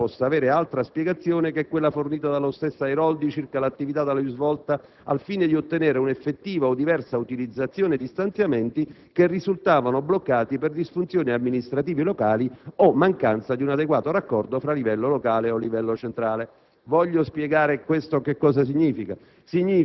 Un simile risultato, sulla base degli atti, non sembra possa avere altra spiegazione che quella fornita dallo stesso Airoldi circa l'attività da lui svolta al fine di ottenere una effettiva o diversa utilizzazione di stanziamenti che risultavano bloccati per disfunzioni amministrative locali o mancanza di un adeguato raccordo fra livello locale e livello centrale.